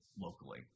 locally